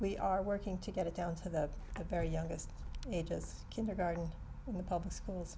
we are working to get it down to the very youngest ages kindergarten in the public schools